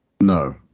No